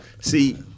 see